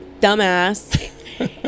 dumbass